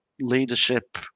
leadership